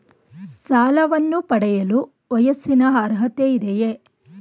ಸಾಲವನ್ನು ಪಡೆಯಲು ವಯಸ್ಸಿನ ಅರ್ಹತೆ ಇದೆಯಾ?